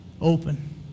open